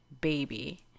baby